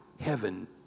heaven